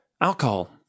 alcohol